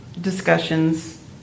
discussions